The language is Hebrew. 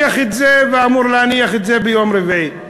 ואמור להניח את זה ביום רביעי.